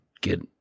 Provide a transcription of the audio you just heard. get